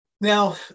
Now